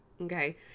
Okay